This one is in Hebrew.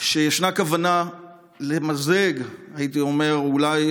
שישנה כוונה למזג, והייתי אומר אולי,